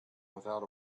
without